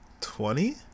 Twenty